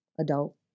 Adult